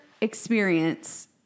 experience